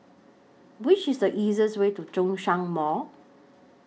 Which IS The easiest Way to Zhongshan Mall